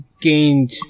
gained